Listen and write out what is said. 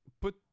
put